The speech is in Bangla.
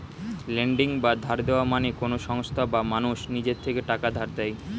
লেন্ডিং বা ধার দেওয়া মানে কোন সংস্থা বা মানুষ নিজের থেকে টাকা ধার দেয়